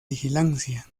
vigilancia